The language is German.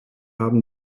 haben